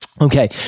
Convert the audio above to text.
Okay